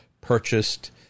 purchased